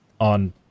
on